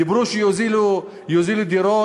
דיברו שיוזילו דירות,